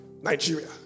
Nigeria